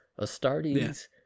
Astartes